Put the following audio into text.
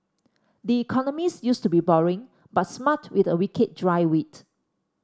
the Economist used to be boring but smart with a wicked dry wit